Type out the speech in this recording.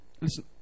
Listen